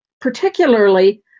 particularly